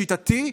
לשיטתי,